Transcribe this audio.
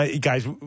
Guys